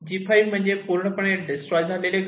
G5 म्हणजे पूर्णपणे destroy झालेले घर